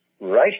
Right